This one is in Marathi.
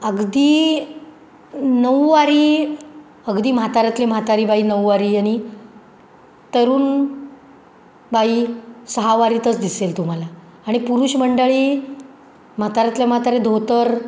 अगदी नऊवारी अगदी म्हातारातली म्हातारी बाई नऊवारी आणि तरुण बाई सहावारीतच दिसतील तुम्हाला आणि पुरुष मंडळी म्हातारातल्या म्हातारे धोतर